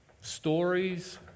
Stories